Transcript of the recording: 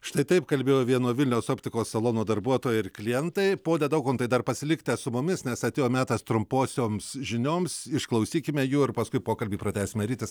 štai taip kalbėjo vieno vilniaus optikos salono darbuotoja ir klientai pone daukontai dar pasilikite su mumis nes atėjo metas trumposioms žinioms išklausykime jų ir paskui pokalbį pratęsime rytis